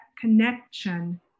connection